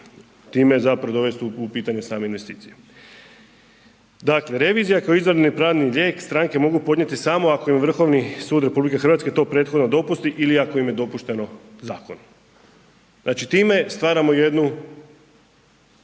time zapravo dovesti u pitanje same investicije. Dakle, revizija kao izvanredni pravni lijek stranke mogu podnijeti samo ako im Vrhovni sud RH to prethodno dopusti ili ako im je dopušteno zakonom. Znači time stvaramo jednu